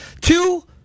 Two